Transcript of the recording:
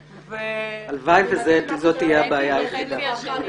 הלוואי שזאת תהיה הבעיה היחידה.